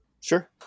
Sure